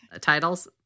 titles